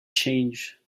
change